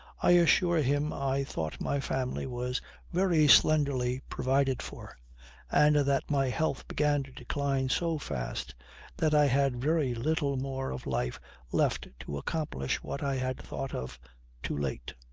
i assure him i thought my family was very slenderly provided for and that my health began to decline so fast that i had very little more of life left to accomplish what i had thought of too late.